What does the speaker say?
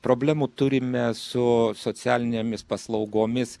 problemų turime su socialinėmis paslaugomis